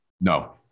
No